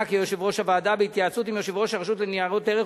ליושב-ראש הוועדה בהתייעצות עם יושב-ראש הרשות לניירות ערך,